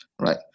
right